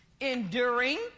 enduring